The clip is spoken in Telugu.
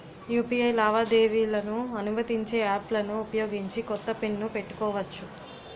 యూ.పి.ఐ లావాదేవీలను అనుమతించే యాప్లలను ఉపయోగించి కొత్త పిన్ ను పెట్టుకోవచ్చు